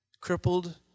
crippled